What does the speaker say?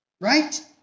right